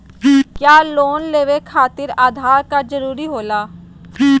क्या लोन लेवे खातिर आधार कार्ड जरूरी होला?